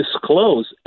Disclose